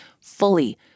Fully